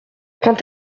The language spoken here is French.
quand